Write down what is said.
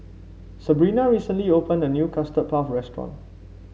Sabrina recently opened a new Custard Puff Restaurant